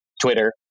Twitter